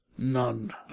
None